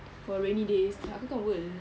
for rainy days aku kan world